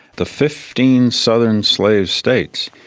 the fifteen southern slave states